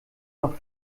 noch